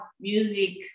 music